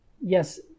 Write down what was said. yes